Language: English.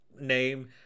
name